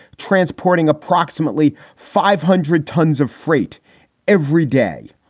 transporting approximately five hundred tons of freight every day.